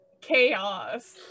chaos